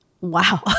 Wow